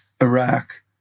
Iraq